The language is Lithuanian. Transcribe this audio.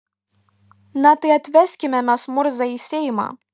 na tai atveskime mes murzą į seimą